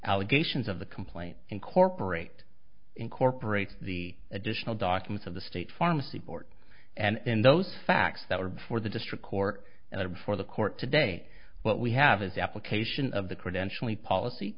allegations of the complaint incorporate incorporate the additional documents of the state pharmacy board and in those facts that were before the district court and of before the court today what we have is the application of the credential policy